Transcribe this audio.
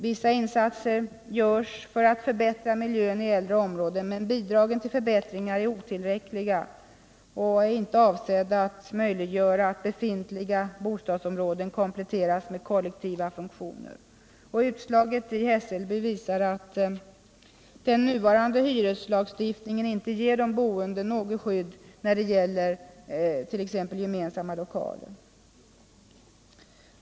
Vissa insatser görs för att förbättra miljön i äldre områden, men bidragen till förbättringar är otillräckliga och är inte avsedda att möjliggöra att befintliga bostadsområden kompletteras med kollektiva funktioner. Utslaget i Hässelby visar att den nuvarande hyreslagstiftningen inte ger de boende något skydd när det gäller t.ex. gemensamma lokaler.